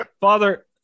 Father